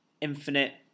infinite